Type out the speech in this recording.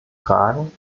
fragen